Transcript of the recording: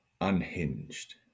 unhinged